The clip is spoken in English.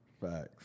Facts